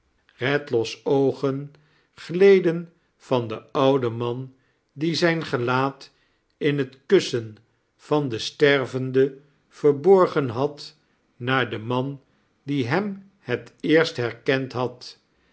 redlaw's oogen gleden van den ouden man die zijn gelaat in het kussen van den stervende verborgen had naar den man die hem het eerst herkend had